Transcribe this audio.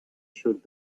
should